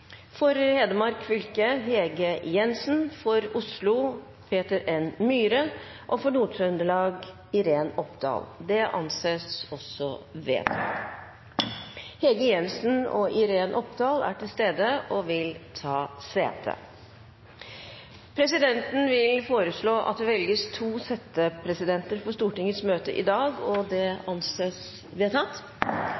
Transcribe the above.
For Hedmark fylke: Hege Jensen For Oslo: Peter N. Myhre For Nord-Trøndelag fylke: Iren Opdahl Hege Jensen og Iren Opdahl er til stede og vil ta sete. Presidenten vil foreslå at det velges to settepresidenter for Stortingets møte i dag – og anser det som vedtatt.